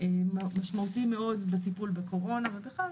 באמת משמעותיים מאוד בטיפול בקורונה ובכלל,